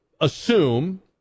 assume